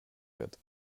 wird